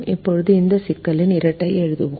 இப்போது இந்த சிக்கலின் இரட்டை எழுதுவோம்